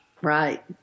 right